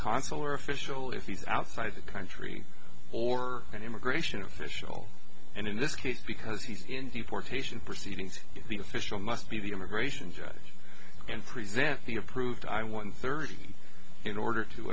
consular official if he's outside the country or an immigration official and in this case because he's in the port haitian proceedings the official must be the immigration judge and present the approved i one thirty in order to